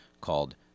called